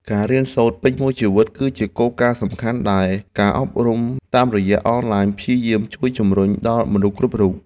ការរៀនសូត្រពេញមួយជីវិត គឺជាគោលការណ៍សំខាន់ដែលការអប់រំតាមអនឡាញព្យាយាមជួយជំរុញដល់មនុស្សគ្រប់រូប។